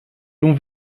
l’on